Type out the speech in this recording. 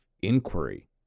inquiry